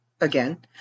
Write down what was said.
again